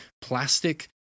plastic